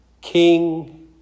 King